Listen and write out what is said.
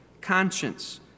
conscience